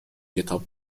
کتاب